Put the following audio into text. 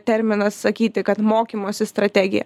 terminas sakyti kad mokymosi strategija